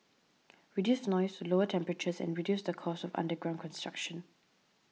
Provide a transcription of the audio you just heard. reduce noise lower temperatures and reduce the cost of underground construction